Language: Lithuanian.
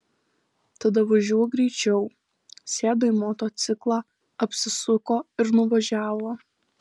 tada važiuok greičiau sėdo į motociklą apsisuko ir nuvažiavo